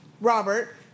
Robert